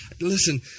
listen